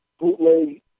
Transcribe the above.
bootleg